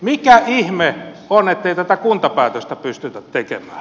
mikä ihme on ettei tätä kuntapäätöstä pystytä tekemään